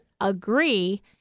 agree